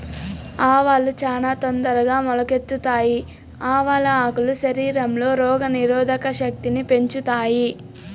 ఆవాలు చానా తొందరగా మొలకెత్తుతాయి, ఆవాల ఆకులు శరీరంలో రోగ నిరోధక శక్తిని పెంచుతాయి